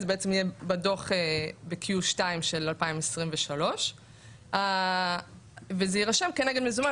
זה בעצם יהיה בדו"ח ב-2Q של-2023 וזה יירשם כנגד מזומן